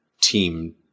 team